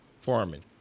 farming